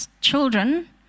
children